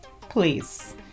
please